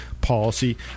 policy